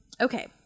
okay